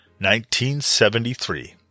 1973